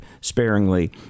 sparingly